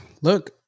look